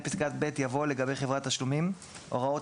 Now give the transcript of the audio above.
פסקת משנה (ב) יבוא: "(ג)לגבי חברת תשלומים הוראות